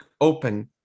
open